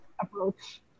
approach